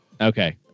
okay